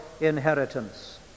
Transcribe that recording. inheritance